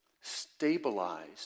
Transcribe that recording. stabilized